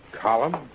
Column